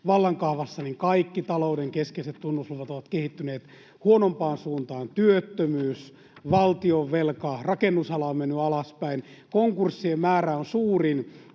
vallankahvassa, niin kaikki talouden keskeiset tunnusluvut ovat kehittyneet huonompaan suuntaan — työttömyys, valtionvelka, rakennusala on mennyt alaspäin, konkurssien määrä on suurin